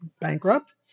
bankrupt